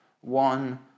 one